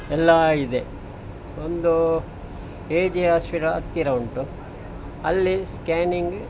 ಎಲ್ಲ ಇದೆ ಒಂದು ಎ ಜೆ ಆಸ್ಪಿಟಲ್ ಹತ್ತಿರ ಉಂಟು ಅಲ್ಲಿ ಸ್ಕ್ಯಾನಿಂಗ್